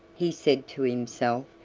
he said to himself,